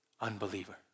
unbeliever